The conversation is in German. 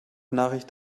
nachricht